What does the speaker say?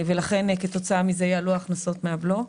כתוצאה מזה יעלו ההכנסות מהבלו.